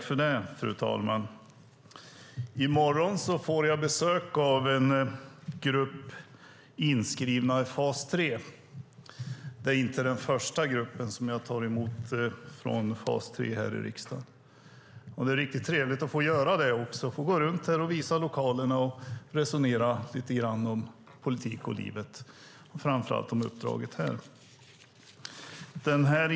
Fru talman! I morgon får jag besök av en grupp inskrivna i fas 3. Det är inte den första gruppen som jag tar emot här i riksdagen från fas 3. Det är också riktigt trevligt att få göra det, att få gå runt här och visa lokalerna, resonera lite grann om politik och livet och framför allt om uppdraget här.